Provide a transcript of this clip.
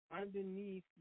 Underneath